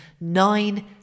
nine